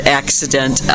accident